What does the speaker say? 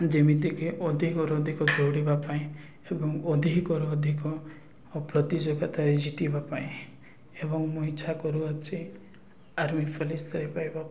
ଯେମିତିକି ଅଧିକରୁ ଅଧିକ ଦୌଡ଼ିବା ପାଇଁ ଏବଂ ଅଧିକରୁ ଅଧିକ ପ୍ରତିଯୋଗତାରେ ଜିତିବା ପାଇଁ ଏବଂ ମୁଁ ଇଚ୍ଛା କରୁଅଛି ଆର୍ମି ଫୋଲିସରେ ପାଇବା ପାଇଁ